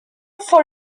for